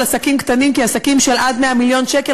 עסקים קטנים כעסקים של עד 100 מיליון שקל.